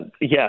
yes